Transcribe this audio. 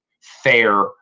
fair